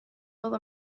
will